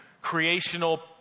creational